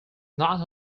not